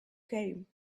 came